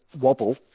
wobble